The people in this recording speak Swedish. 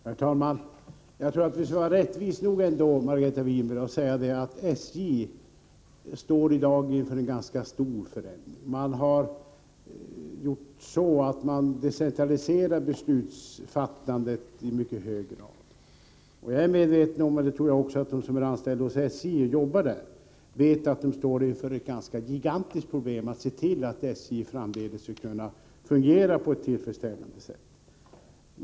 Herr talman! Jag tror att vi skall vara rättvisa nog, Margareta Winberg, att säga att SJ i dag står inför en ganska stor förändring. Man har decentraliserat beslutsfattandet i mycket hög grad. Jag är medveten om — och det tror jag att också de anställda inom SJ är — att SJ står inför ett ganska gigantiskt problem, nämligen att se till att företaget framdeles skall fungera på ett tillfredsställande sätt.